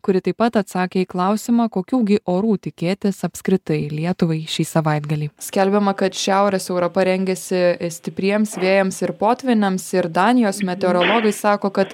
kuri taip pat atsakė į klausimą kokių gi orų tikėtis apskritai lietuvai šį savaitgalį skelbiama kad šiaurės europa rengiasi stipriems vėjams ir potvyniams ir danijos meteorologai sako kad